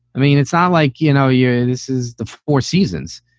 i mean, it's not like, you know, you. this is the four seasons.